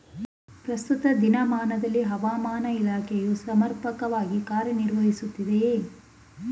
ಪ್ರಸ್ತುತ ದಿನಮಾನದಲ್ಲಿ ಹವಾಮಾನ ಇಲಾಖೆಯು ಸಮರ್ಪಕವಾಗಿ ಕಾರ್ಯ ನಿರ್ವಹಿಸುತ್ತಿದೆಯೇ?